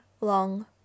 long